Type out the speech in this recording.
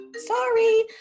Sorry